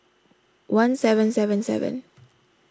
one seven seven seven